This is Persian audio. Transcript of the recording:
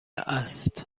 است